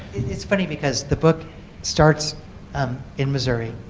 it's funny because the book starts um in missouri,